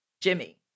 Jimmy